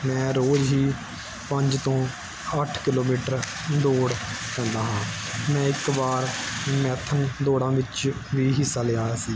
ਮੈਂ ਰੋਜ਼ ਹੀ ਪੰਜ ਤੋਂ ਅੱਠ ਕਿਲੋਮੀਟਰ ਦੌੜ ਕਰਦਾ ਹਾਂ ਮੈਂ ਇੱਕ ਵਾਰ ਮੈਰਥਨ ਦੌੜਾਂ ਵਿੱਚ ਵੀ ਹਿੱਸਾ ਲਿਆ ਸੀ